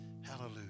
Hallelujah